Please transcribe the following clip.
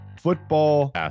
football